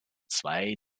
zwei